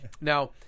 Now